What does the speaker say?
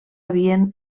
havien